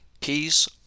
peace